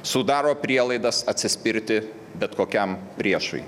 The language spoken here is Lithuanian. sudaro prielaidas atsispirti bet kokiam priešui